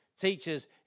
teachers